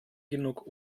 genug